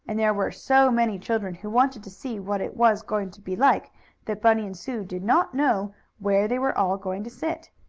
and there were so many children who wanted to see what it was going to be like that bunny and sue did not know where they were all going to sit.